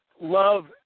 love